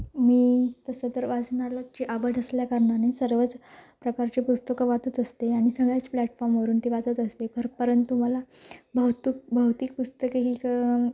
मी तसं तर वाचनालयाची आवड असल्या कारणाने सर्वच प्रकारची पुस्तकं वाचत असते आणि सगळ्याच प्लॅटफॉमवरून ते वाचत असते पर परंतु मला बहुतुक बहुतेक पुस्तकं ही क